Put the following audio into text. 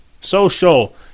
Social